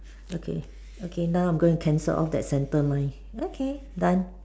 okay okay now I'm gonna cancel off that center line okay done